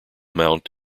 mount